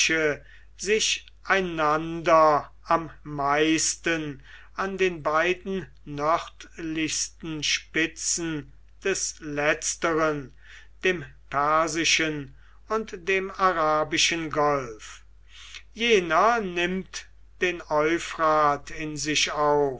sich einander am meisten an den beiden nördlichsten spitzen des letzteren dem persischen und dem arabischen golf jener nimmt den euphrat in sich